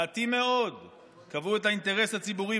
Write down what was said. מעטים מאוד קבעו את האינטרס הציבורי,